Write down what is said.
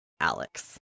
Alex